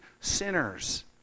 sinners